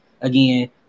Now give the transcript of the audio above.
again